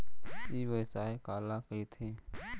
ई व्यवसाय काला कहिथे?